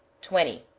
twenty.